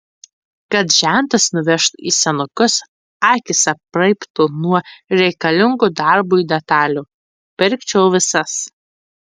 kad žentas nuvežtų į senukus akys apraibtų nuo reikalingų darbui detalių pirkčiau visas